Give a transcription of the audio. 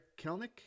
Kelnick